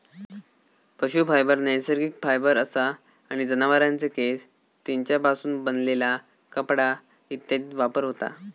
पशू फायबर नैसर्गिक फायबर असा आणि जनावरांचे केस, तेंच्यापासून बनलेला कपडा इत्यादीत वापर होता